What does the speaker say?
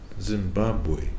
Zimbabwe